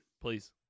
Please